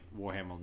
warhammer